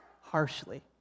harshly